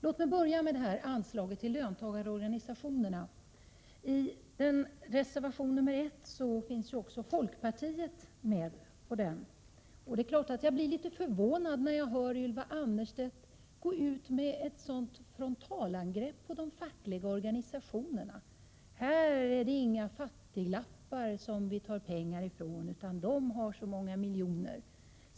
Låt mig börja med anslaget till löntagarorganisationerna. Även folkpartiet står bakom reservation 1, som handlar om detta anslag. Jag blir litet förvånad när jag hör Ylva Annerstedt gå till frontalangrepp mot de fackliga organisationerna. Hon säger att man om man avvecklar dessa anslag inte tar bort pengar från några fattiglappar och att de fackliga organisationerna har så många miljoner.